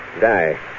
Die